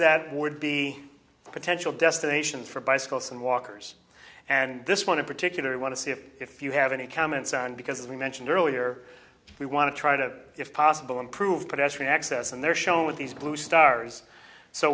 that would be potential destinations for bicycles and walkers and this one in particular i want to see if if you have any comments on because as we mentioned earlier we want to try to if possible improve pedestrian access and they're shown with these blue stars so